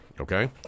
Okay